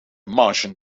martian